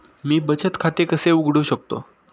मी बचत खाते कसे उघडू शकतो?